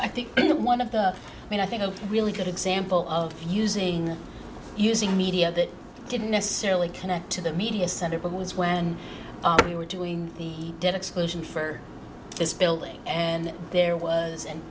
i think one of the i mean i think a really good example of using using media that didn't necessarily connect to the media center was when we were doing the dead exclusion for this building and there was and